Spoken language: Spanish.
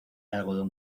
algodón